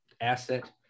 asset